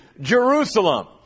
Jerusalem